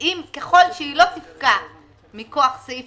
ככל שהיא לא תפקע מכוח סעיף